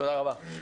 תודה רבה.